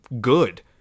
good